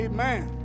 Amen